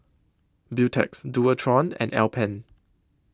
Beautex Dualtron and Alpen